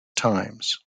times